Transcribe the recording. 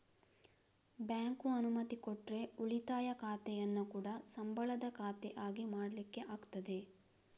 bank ಅನುಮತಿ ಕೊಟ್ರೆ ಉಳಿತಾಯ ಖಾತೆಯನ್ನ ಕೂಡಾ ಸಂಬಳದ ಖಾತೆ ಆಗಿ ಮಾಡ್ಲಿಕ್ಕೆ ಆಗ್ತದೆ